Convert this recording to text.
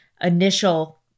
initial